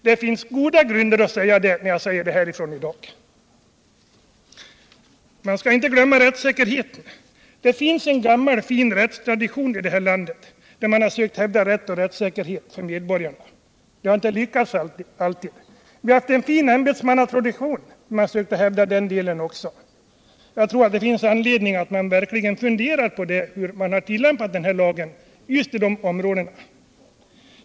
Det finns goda grunder för mig att säga det i dag. Man skall inte glömma rättssäkerheten! Det finns en gammal fin rättstradition i det härlandet, där man har försökt hävda rätt och rättssäkerhet för medborgarna. Detta har inte alltid lyckats. Vi har haft en fin ämbetsmannatradition, som har sökt hävda den delen också. Jag tror man har anledning att fundera på hur den här lagen verkligen har tillämpats just i de områdena som jag nämnt.